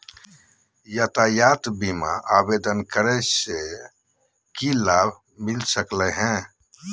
यातायात बीमा महिना आवेदन करै स की लाभ मिलता सकली हे?